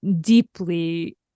deeply